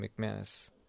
McManus